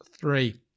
three